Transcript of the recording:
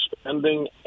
spending